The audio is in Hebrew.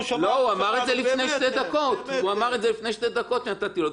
הוא אמר את זה לפני שתי דקות כשנתתי לו לדבר.